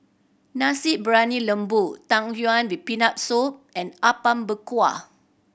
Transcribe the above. Nasi Briyani Lembu Tang Yuen with Peanut Soup and Apom Berkuah